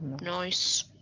nice